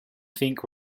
think